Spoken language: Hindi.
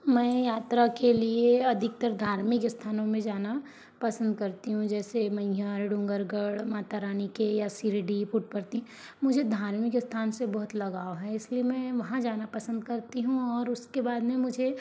मैं यात्रा के लिए अधिकतर धार्मिक स्थानों में जाना पसंद करती हूं जैसे मैहर डूंगरगढ़ माता रानी के या शिर्डी पुट्टपर्थी मुझे धार्मिक स्थान से बहुत लगाव है इसलिए मैं वहाँ जाना पसंद करती हूँ और उसके बाद में मुझे